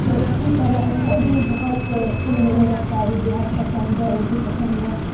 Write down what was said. تو اسی طرح ہم کو بھی بہت ان دونوں کا شاعری بے حد پسند ہے اردو پسند ہے